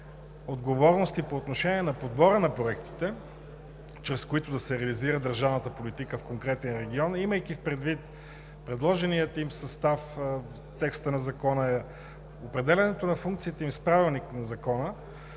отговорности по отношение на подбора на проектите, чрез които да се реализира държавната политика в конкретния регион, имайки предвид предложения им състав в текста на Закона, определянето на функциите им с правилник на Закона,